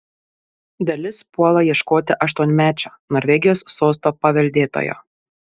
dalis puola ieškoti aštuonmečio norvegijos sosto paveldėtojo